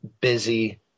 busy